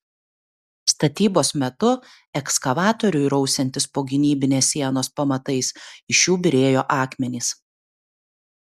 statybos metu ekskavatoriui rausiantis po gynybinės sienos pamatais iš jų byrėjo akmenys